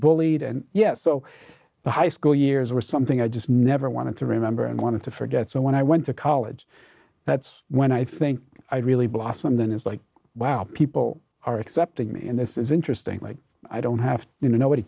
bullied and yet so the high school years were something i just never wanted to remember and wanted to forget so when i went to college that's when i think i really blossom then it's like wow people are accepting me in this is interesting like i don't have to you know nobody